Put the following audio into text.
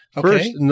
First